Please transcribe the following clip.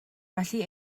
felly